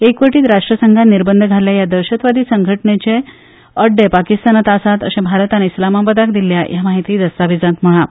एकवटीत राष्ट्रसंघान निर्बंध घाल्ल्या ह्या दहशतवादी संघटनेचे अड्डे पाकिस्तानात आसात अशे भारतान इस्लामाबादाक दिल्ल्या ह्या माहिती दस्तावेजात म्हळां